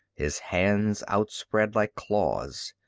his hands outspread like claws.